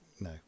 no